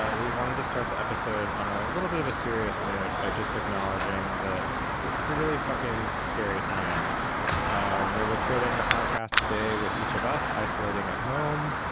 we wanted to start the episode on a little bit of a serious note by just acknowledging that this is a really fucking scary time and we're recording the podcast today with each of us isolating at home.